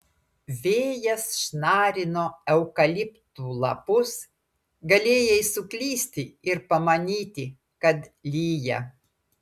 vėjas šnarino eukaliptų lapus galėjai suklysti ir pamanyti kad lyja